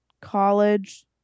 college